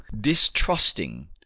distrusting